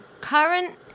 Current